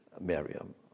Miriam